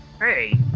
Hey